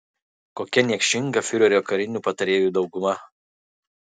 kokia niekšinga fiurerio karinių patarėjų dauguma